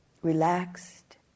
Relaxed